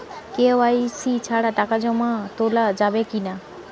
KYC ছাড়া টাকা জমা তোলা করা যাবে কি না?